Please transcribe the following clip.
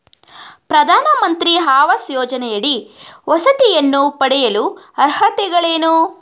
ಪ್ರಧಾನಮಂತ್ರಿ ಆವಾಸ್ ಯೋಜನೆಯಡಿ ವಸತಿಯನ್ನು ಪಡೆಯಲು ಅರ್ಹತೆಗಳೇನು?